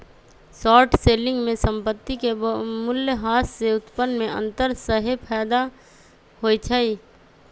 short selling में संपत्ति के मूल्यह्रास से उत्पन्न में अंतर सेहेय फयदा होइ छइ